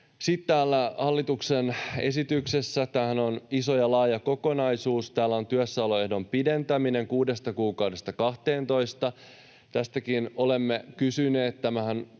sitten täällä hallituksen esityksessä — tämähän on iso ja laaja kokonaisuus — on työssäoloehdon pidentäminen kuudesta kuukaudesta 12:een. Tästäkin olemme kysyneet.